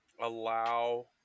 allow